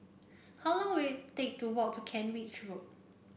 how long will it take to walk to Kent Ridge Road